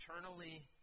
eternally